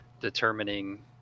determining